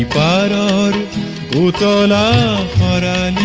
da da da da da da da